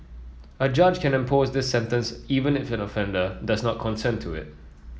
a judge can impose this sentence even if an offender does not consent to it